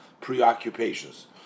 preoccupations